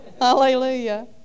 hallelujah